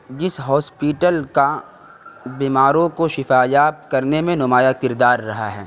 جس ہاسپیٹل کا بیماروں کو شفایاب کرنے میں نمایاں کردار رہا ہے